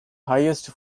highest